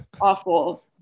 Awful